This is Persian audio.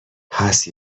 هست